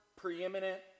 preeminent